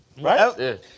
Right